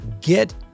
get